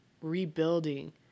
rebuilding